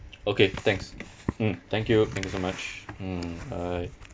okay thanks mm thank you thank you so much mm bye